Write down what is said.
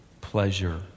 pleasure